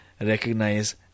recognize